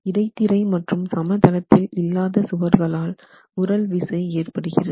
இடைத்திரை மற்றும் சமதளத்தில் இல்லாத சுவர்களால் உறழ் விசை ஏற்படுகிறது